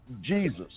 Jesus